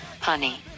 honey